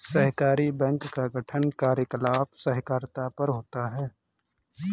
सहकारी बैंक का गठन कार्यकलाप सहकारिता पर होता है